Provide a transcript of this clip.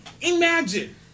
Imagine